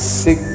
sick